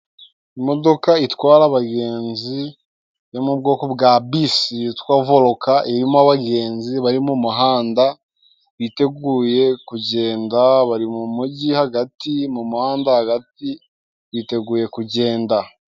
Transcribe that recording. Imodoka itwara abagenzi yo mu bwoko bwa bisi yitwa voluka ,irimo abagenzi bari mu muhanda biteguye kugenda . Bari mu mujyi hagati, mu muhanda hagati, biteguye kugenda.